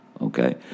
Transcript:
Okay